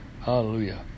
Hallelujah